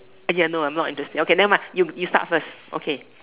I didn't know I'm not interested okay never mind you you start first okay